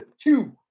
two